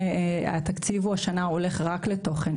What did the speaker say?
התקציב השנה הולך רק לתוכן,